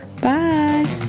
Bye